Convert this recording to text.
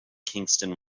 kingston